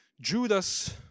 Judas